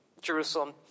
Jerusalem